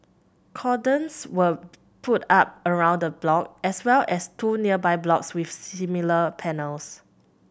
cordons were put up around the block as well as two nearby blocks with similar panels